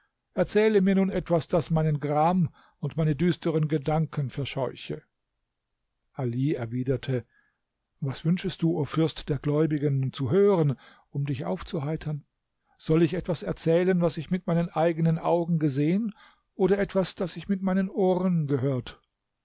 erzähle mir nun etwas das meinen gram und meine düsteren gedanken verscheuche ali erwiderte was wünschest du o fürst der gläubigen zu hören um dich aufzuheitern soll ich etwas erzählen was ich mit meinen eigenen augen gesehen oder etwas das ich mit meinen ohren gehört